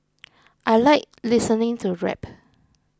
I like listening to rap